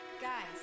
guys